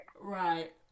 Right